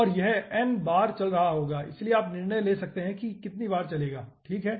और यह n बार चल रहा होगा इसलिए आप निर्णय ले सकते है कि कितनी बार चलेगा ठीक है